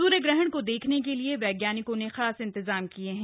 सूर्य ग्रहण को देखने के लिए वज्ञानिकों ने खास इंतजाम किये हैं